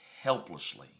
helplessly